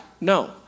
No